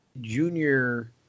junior